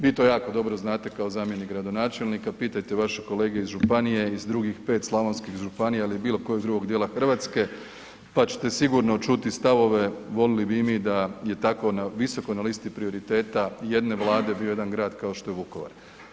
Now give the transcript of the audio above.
Vi to jako dobro znate kao zamjenik gradonačelnika, pitajte vaše kolege iz županije i iz drugih 5 slavonskih županija ili bilokojeg djela Hrvatske pa ćete sigurno čuti stavove, volili bi i mi da je tako visoko na listi prioriteta ijedne Vlade bio jedan grad kao što je bio Vukovar.